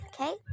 okay